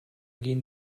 gehen